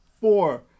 four